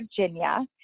Virginia